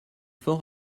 fort